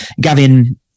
Gavin